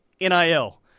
NIL